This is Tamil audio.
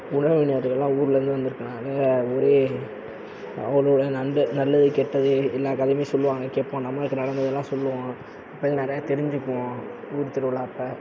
உறவினர்களெல்லாம் ஊர்லேருந்து வந்துருக்கறதுனால ஒரே அவங்களோட நடந்த நல்லது கெட்டது எல்லா கதையும் சொல்வாங்க கேட்போம் நம்மளுக்கு நடந்ததெல்லாம் சொல்வோம் நிறையா தெரிஞ்சுக்குவோம் ஊர் திருவிழா அப்போ